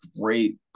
great